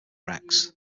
rex